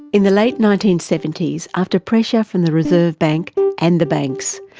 in the late nineteen seventy s, after pressure from the reserve bank and the banks,